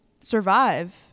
survive